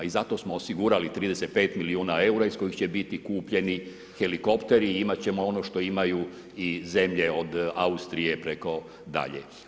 I zato smo osigurali 35 milijuna eura iz kojih će biti kupljeni helikopteri i imati ćemo ono što imaju i zemlje od Austrije preko dalje.